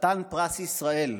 חתן פרס ישראל,